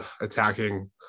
attacking